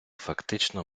фактично